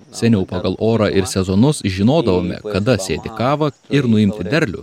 seniau pagal orą ir sezonus žinodavome kada sėti kavą ir nuimti derlių